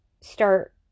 start